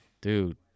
Dude